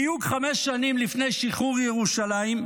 בדיוק חמש שנים לפני שחרור ירושלים,